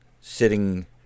sitting